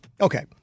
Okay